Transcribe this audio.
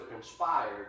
conspired